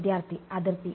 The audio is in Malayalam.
വിദ്യാർത്ഥി അതിർത്തി